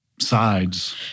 sides